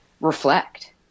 reflect